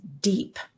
deep